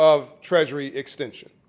of treasury extension.